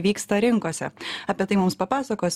vyksta rinkose apie tai mums papasakos